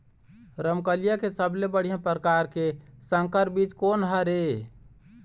रमकलिया के सबले बढ़िया परकार के संकर बीज कोन हर ये?